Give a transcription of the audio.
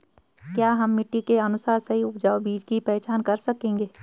क्या हम मिट्टी के अनुसार सही उपजाऊ बीज की पहचान कर सकेंगे?